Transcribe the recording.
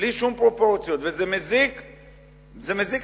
בלי שום פרופורציות, וזה מזיק לתהליך.